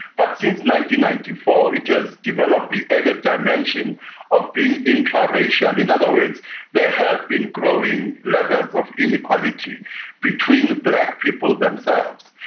but ninety ninety four it has developed the added dimension of being intraracial, in other words there have been growing levels of inequality between black people themselves.